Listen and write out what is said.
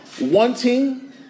wanting